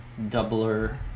doubler